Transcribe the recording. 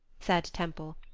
said temple,